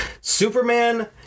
Superman